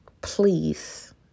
please